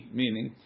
meaning